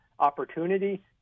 opportunity